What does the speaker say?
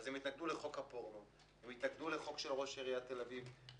אז הם התנגדו לחוק הפורנו והתנגדו לחוק של ראש עיריית תל אביב,